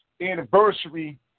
anniversary